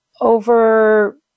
over